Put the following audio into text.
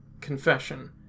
confession